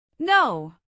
No